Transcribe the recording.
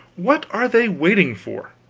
what are they waiting for?